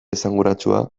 esanguratsua